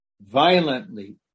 violently